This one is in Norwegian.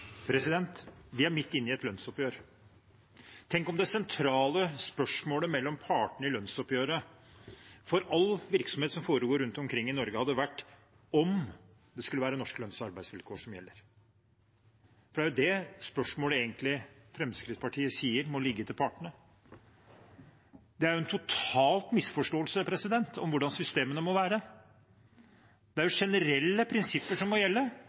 Vi er midt inne i et lønnsoppgjør. Tenk om det sentrale spørsmålet mellom partene i lønnsoppgjøret, for all virksomhet som foregår rundt omkring i Norge, hadde vært om det skulle være norske lønns- og arbeidsvilkår som gjaldt. Det er jo det spørsmålet Fremskrittspartiet egentlig sier må ligge til partene. Det er en total misforståelse av hvordan systemene må være. Det er jo generelle prinsipper som må gjelde,